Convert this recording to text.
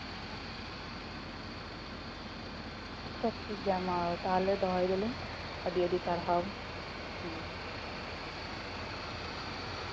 ᱟᱪᱪᱷᱟ ᱴᱷᱤᱠᱜᱮᱭᱟ ᱢᱟ ᱛᱟᱦᱞᱮ ᱫᱚᱦᱚᱭ ᱫᱟᱞᱤᱧ ᱟᱹᱰᱤᱼᱟᱹᱰᱤ ᱥᱟᱨᱦᱟᱣ ᱦᱩᱸ